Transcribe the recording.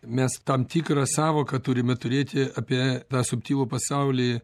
mes tam tikrą sąvoką turime turėti apie tą subtilų pasaulį